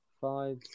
Five